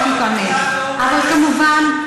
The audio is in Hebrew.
כמובן,